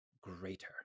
greater